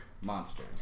monster